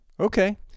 Okay